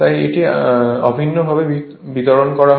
তাই এটি অভিন্নভাবে বিতরণ করা হয়